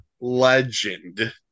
legend